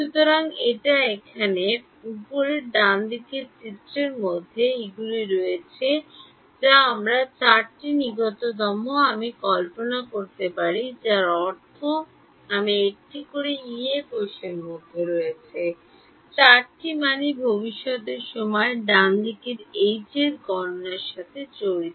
সুতরাং এই এখানে উপরের ডানদিকের চিত্রের মধ্যে এইগুলি রয়েছে যা আমরা চারটি নিকটতম আমি কল্পনা করতে পারি যার অর্থ আমি একটি ইয়ে কোষের মধ্যে রয়েছে চারটি মানই ভবিষ্যতের সময়ে ডানদিকে এইচ গণনার সাথে জড়িত